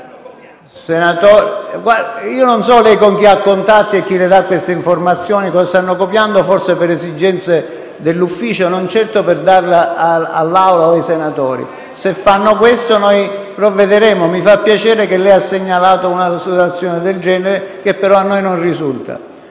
Non so con chi abbia contatti lei e chi le dia queste informazioni. Stanno fotocopiando forse per esigenze dell'Ufficio, e non certo per l'Assemblea e per i senatori. Se fanno questo, noi provvederemo. Mi fa piacere che lei abbia segnalato una situazione del genere che, però, a noi non risulta.